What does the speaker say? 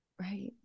Right